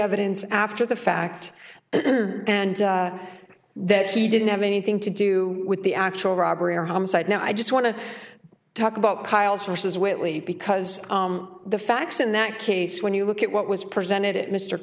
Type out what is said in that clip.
evidence after the fact and that he didn't have anything to do with the actual robbery or homicide now i just want to talk about kyle's forces whitley because the facts in that case when you look at what was presented at mr